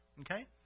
okay